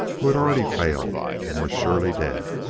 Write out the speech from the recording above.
who had already failed and were surely dead,